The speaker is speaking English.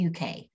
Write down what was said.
UK